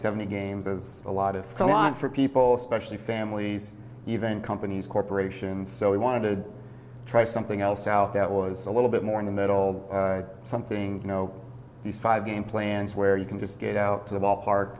seventy games as a lot of some not for people especially families even companies corporations so we wanted to try something else out that was a little bit more in the middle something you know these five game plans where you can just get out to the ballpark